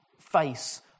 face